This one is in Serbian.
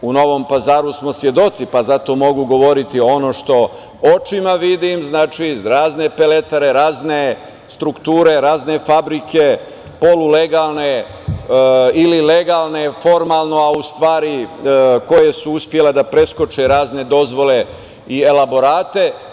U Novom Pazaru smo svedoci pa zato mogu govoriti ono što očima vidim, znači, iz razne peletare, razne strukture razne fabrike, polulegalne ili legalne, formalno, a u stvari koje su uspele da preskoče razne dozvole i elaborate.